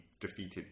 defeated